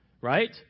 right